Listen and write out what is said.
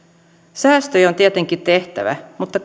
säästöjä on tietenkin tehtävä mutta